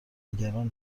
نگران